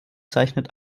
zeichnet